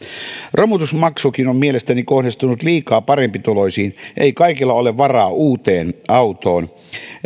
romutusmaksukin on mielestäni kohdistunut liikaa parempituloisiin ei kaikilla ole varaa uuteen autoon